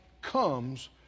comes